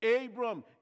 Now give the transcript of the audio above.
Abram